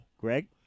Greg